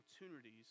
opportunities